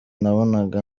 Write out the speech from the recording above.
nabonaga